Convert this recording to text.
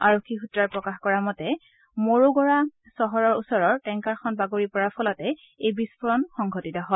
আৰক্ষী সূত্ৰই প্ৰকাশ কৰা মতে মোৰোগোৰা চহৰৰ ওচৰত টেংকাৰখন বাগৰি পৰাৰ ফলতে এই বিস্ফোৰণ সংঘটিত হয়